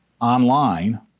online